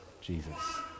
Jesus